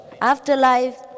afterlife